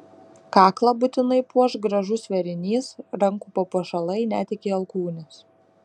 kaklą būtinai puoš gražus vėrinys rankų papuošalai net iki alkūnės